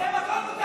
נפלת בפח.